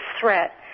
threat